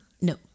No